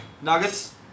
Nuggets